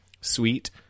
sweet